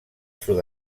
sud